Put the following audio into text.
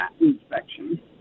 inspection